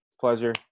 Pleasure